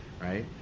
right